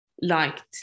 liked